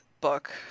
book